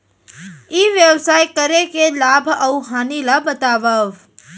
ई व्यवसाय करे के लाभ अऊ हानि ला बतावव?